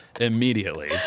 immediately